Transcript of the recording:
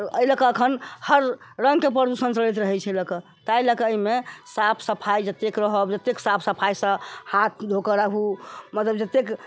एहिलए कऽ एखन हर रङ्गके प्रदूषण चलैत रहै छै लए कऽ ताहिलए कऽ एहिमे साफ सफाइ जतेक रहब जतेक साफ सफाइसँ हाथ धो कऽ राखू मतलब जतेक